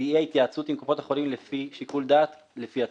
תהיה התייעצות עם קופות החולים לפי שיקול דעת ולפי הצורך.